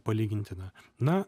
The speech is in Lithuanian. palygintina na